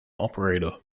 operator